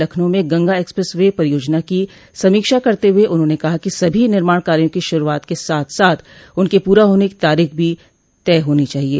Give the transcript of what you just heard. लखनऊ में Ganga expressway परियोजना की समीक्षा करते हुए उन्होंने कहा कि सभी निर्माण कार्यो की शुरूआत के साथ साथ उनके पूरा होने की तारीख भी तय होनी चाहिये